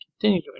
continue